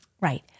Right